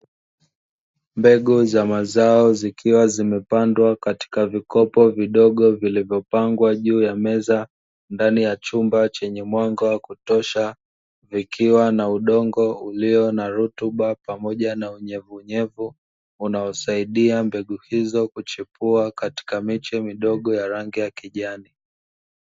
Mbegu za mazao zikiwa zimepandwa katika vikopo vidogo vilivyopangwa juu ya meza; ndani ya chumba chenye mwanga wa kutosha, vikiwa na udongo ulio na rutuba pamoja na unyevunyev; unaosaidia mbegu hizo kuchipua katika miche midogo ya rangi ya kijani.